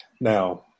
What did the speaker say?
Now